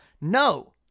No